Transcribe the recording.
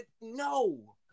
No